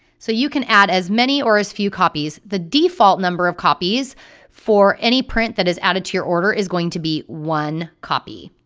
so you can add as many or as few copies, the default number of copies for any print that is added to your order is going to be one copy.